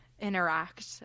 interact